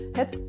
het